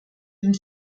den